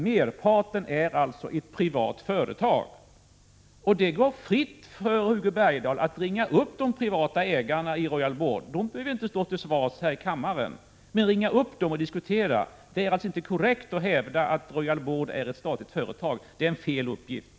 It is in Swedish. Merparten av aktierna är i privat ägo. Det står Hugo Bergdahl fritt att ringa upp de privata ägarna. De behöver inte stå till svars här i kammaren, men man kan ringa upp dem och diskutera. Det är alltså inte korrekt att hävda att Royal Board är ett statligt företag. Den uppgiften är felaktig.